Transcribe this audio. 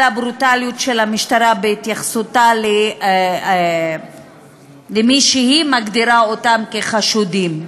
על הברוטליות של המשטרה בהתייחסותה למי שהיא מגדירה אותם חשודים,